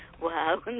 Wow